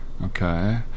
Okay